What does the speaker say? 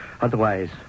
Otherwise